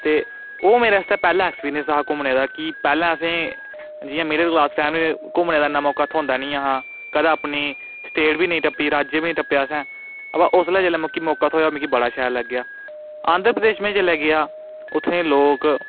ते ओह् मेरे आस्तै पैह्ला एक्सपीरियंस हा घुम्मने दा कि पैह्ल असें जि'यां मिडल क्लास फैमिली गी घुम्मने दा मौका थहोंदा नेई हा कदें अपनी स्टेट अपना राज्य बी नेई हा टप्पेआ असें आवा उसलै जिसलै मिगी मौका थोएआ मिगी बड़ा शैल लगेआ आंध्र प्रदेश में जिसलै गेआ उत्थैं दे लोक